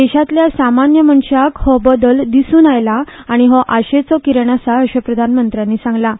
देशांतल्या सामान्य मनशाक हो बदल दिसून आयला आनी हो आशेचो किरण आसा अशें प्रधानमंत्र्यांनी मुखार सांगलें